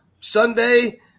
Sunday